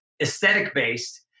aesthetic-based